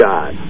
God